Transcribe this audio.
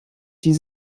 die